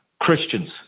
Christians